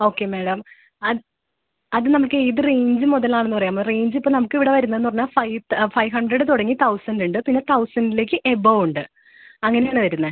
okay madam ആ ആദ്യം നമുക്ക് ഏത് റേഞ്ച് മുതലാണെന്ന് പറയാം റേഞ്ച് ഇപ്പോൾ നമുക്ക് ഇവിടെ വരുന്നതെന്ന് പറഞ്ഞാൽ ഫൈവ് ഫൈവ് ഹണ്ട്രഡ് തുടങ്ങി തൗസൻഡുണ്ട് പിന്നെ തൗസൻഡിലേക്ക് അബോവ് ഉണ്ട് അങ്ങനെയാണ് വരുന്നത്